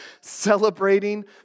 celebrating